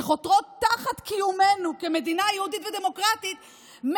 שחותרות תחת קיומנו כמדינה יהודית ודמוקרטית,